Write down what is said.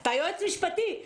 אתה יועץ משפטי,